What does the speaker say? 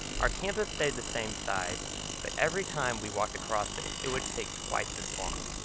our campus stayed the same size but every time we walked across it, it would take twice as long.